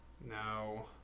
no